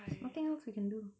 there's nothing else we can do